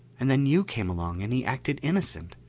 and then you came along and he acted innocent.